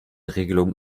regelung